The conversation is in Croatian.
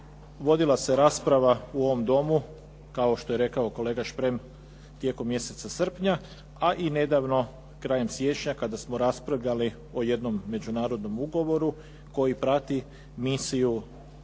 vodila se rasprava u ovom Domu kao što je rekao kolega Šprem tijekom mjeseca srpnja, a i nedavno krajem siječnja kada smo raspravljali o jednom međunarodnom ugovoru koji prati misiju